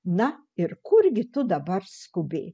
na ir kurgi tu dabar skubi